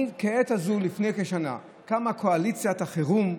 כעת הזאת לפני כשנה קמה קואליציית החירום,